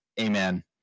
amen